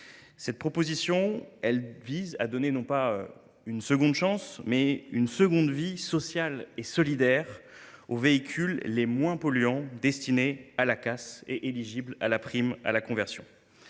Ce texte vise à donner, non pas une seconde chance, mais une seconde vie sociale et solidaire aux véhicules les moins polluants destinés à la casse et éligibles à la prime à la conversion.